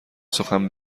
سخن